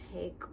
take